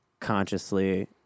consciously